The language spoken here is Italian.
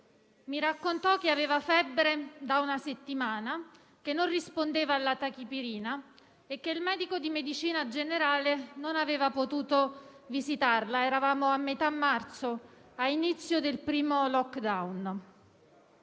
Mi raccontò che aveva febbre da una settimana, che non rispondeva alla Tachipirina e che il medico di medicina generale non aveva potuto visitarla: eravamo a metà marzo, all'inizio del primo *lockdown*.